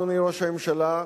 אדוני ראש הממשלה,